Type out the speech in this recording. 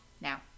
now